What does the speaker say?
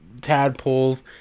tadpoles